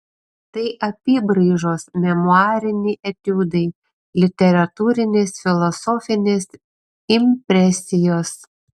tai apybraižos memuariniai etiudai literatūrinės filosofinės impresijos